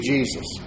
Jesus